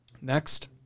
Next